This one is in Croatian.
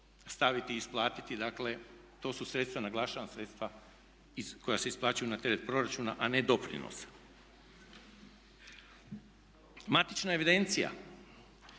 staviti i isplatiti. Dakle, to su sredstva, naglašavam, sredstva koja se isplaćuju na teret proračuna, a ne doprinosa. Matična evidencija,